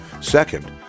Second